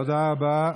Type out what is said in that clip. תודה רבה.